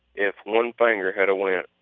if one finger had of went.